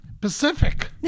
Pacific